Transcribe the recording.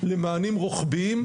למענים רוחביים,